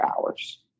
hours